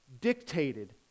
dictated